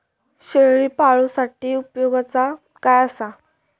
शेळीपाळूसाठी उपयोगाचा काय असा?